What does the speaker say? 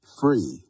free